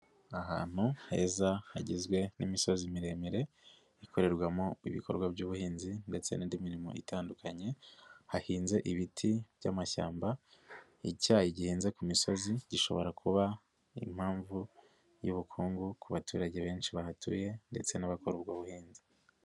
Ahantu heza hagizwe n'imisozi miremire ikorerwamo ibikorwa by'ubuhinzi ndetse n'indi mirimo itandukanye, hahinze ibiti by'amashyamba, icyayi gihinze ku misozi gishobora kuba impamvu y'ubukungu ku baturage benshi bahatuye ndetse n'abakora ubwo buhinzi.